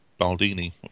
Baldini